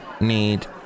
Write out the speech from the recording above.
need